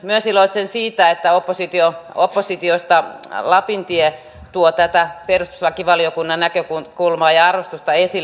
myös iloitsen siitä että oppositiosta lapintie tuo tätä perustuslakivaliokunnan näkökulmaa ja arvostusta esille